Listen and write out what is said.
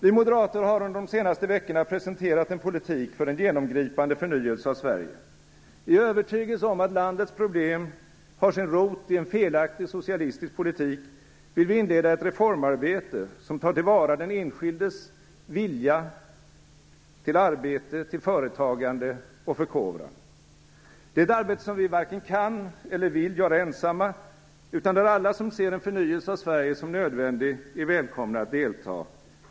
Vi moderater har under de senaste veckorna presenterat en politik för en genomgripande förnyelse av Sverige. I övertygelsen om att landets problem har sin rot i en felaktig socialistisk politik vill vi inleda ett reformarbete som tar till vara den enskildes vilja till arbete, företagande och förkovran. Det är ett arbete som vi varken kan eller vill göra ensamma utan där alla som ser en förnyelse av Sverige som nödvändig är välkomna att delta.